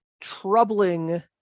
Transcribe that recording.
troubling